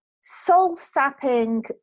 soul-sapping